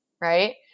right